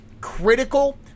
critical